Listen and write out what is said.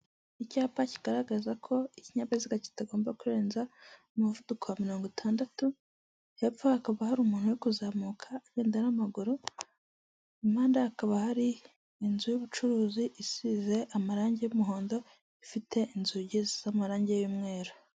Icyapa kigaragaza ko ikinyabiziga kitagomba kurenza umuvuduko wa mirongo itandatu, hepfa hakaba hari umuntu uri kuzamuka agenda n'amaguru, impande ye hakaba hari inzu y'ubucuruzi isize amarange y'umuhondo, ifite inzugi z'amarange y'umweru.